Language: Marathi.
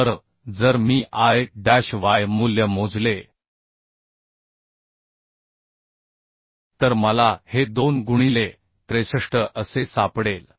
तर जर मी I डॅश y मूल्य मोजले तर मला हे 2 गुणिले 63 असे सापडेल